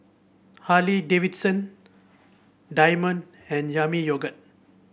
Harley Davidson Diamond and Yami Yogurt